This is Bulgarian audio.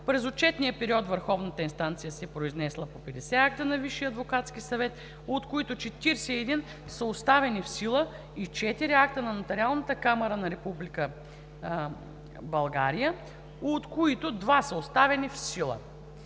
През отчетния период върховната инстанция се е произнесла по 50 акта на Висшия адвокатски съвет, от които 41 броя са оставени в сила и четири акта на Нотариалната камара на Република България, от които два са оставени в сила.